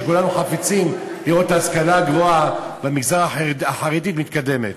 שכן כולנו חפצים לראות את ההשכלה הגבוהה במגזר החרדי מתקדמת.